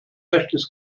rechtes